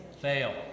fail